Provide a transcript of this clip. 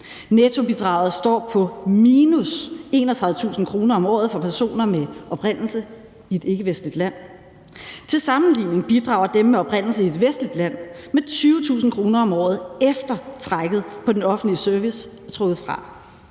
Nettobidraget står på minus 31.000 kr. om året for personer med oprindelse i et ikkevestligt land. Til sammenligning bidrager dem med oprindelse i et vestligt land med 20.000 kr. om året, efter at trækket på den offentlige service er trukket fra.